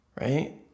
Right